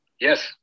Yes